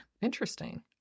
Interesting